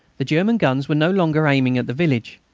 the german guns were no longer aiming at the village.